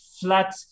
flat